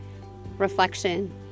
reflection